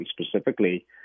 specifically